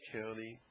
county